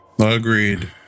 Agreed